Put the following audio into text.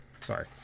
Sorry